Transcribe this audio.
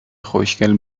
خوشگل